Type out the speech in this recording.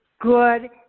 good